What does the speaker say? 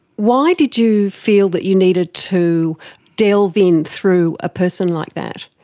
why did you feel that you needed to delve in through a person like that?